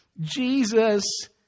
Jesus